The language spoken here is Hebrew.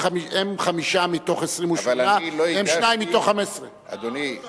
הם חמישה מתוך 28 והם שניים מתוך 15. אדוני,